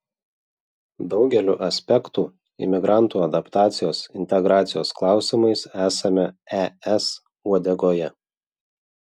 daugeliu aspektų imigrantų adaptacijos integracijos klausimais esame es uodegoje